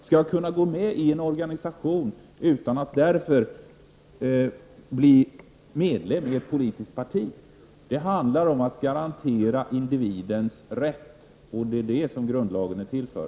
Skall jag kunna gå med i en organisation utan att därför bli medlem i ett politiskt parti? Det handlar om att garantera individens rätt, och det är grundlagen till för.